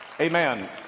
amen